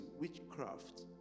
witchcraft